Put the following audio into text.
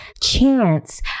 chance